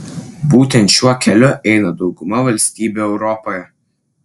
būtent šiuo keliu eina dauguma valstybių europoje